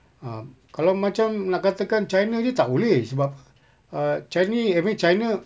um kalau macam nak katakan china ni tak boleh sebab err china I mean china